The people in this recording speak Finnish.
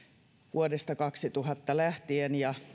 vuodesta kaksituhatta lähtien